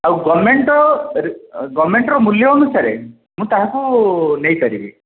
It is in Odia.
ଆଉ ଗଭର୍ଣ୍ଣ୍ମେଣ୍ଟ୍ର ଗଭର୍ଣ୍ଣ୍ମେଣ୍ଟ୍ର ମୂଲ୍ୟ ଅନୁସାରେ ମୁଁ ତାହାକୁ ନେଇପାରିବି